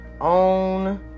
Own